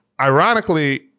Ironically